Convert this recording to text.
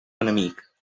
enemic